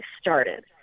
started